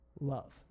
Love